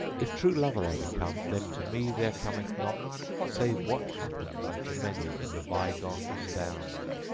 if true lover i become, then to me there cometh not save what happened unto many in the bygone stound.